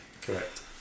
Correct